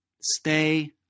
Stay